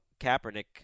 Kaepernick